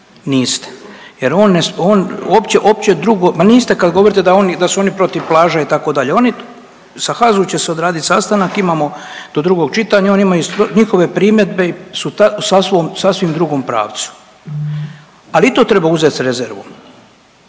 on, uopće, uopće drugo, ma niste kad govorite da su oni protiv plaža, itd., oni, sa HAZU će se odraditi sastanak, imamo do drugog čitanja, oni imaju njihove primjedbe su sasvim drugom pravcu, ali i to treba uzeti s rezervom.